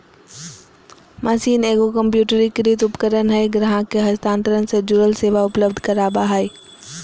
machine एगो कंप्यूटरीकृत उपकरण हइ ग्राहक के हस्तांतरण से जुड़ल सेवा उपलब्ध कराबा हइ